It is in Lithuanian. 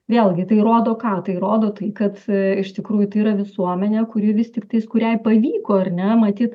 vėlgi tai rodo ką tai rodo tai kad iš tikrųjų tai yra visuomenė kuri vis tiktais kuriai pavyko ar ne matyt